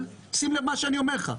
שים לב למה שאני אומר לך,